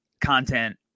content